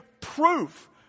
proof